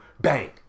Bang